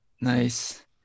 Nice